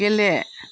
गेले